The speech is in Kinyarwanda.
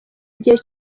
igihe